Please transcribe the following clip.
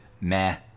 meh